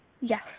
Yes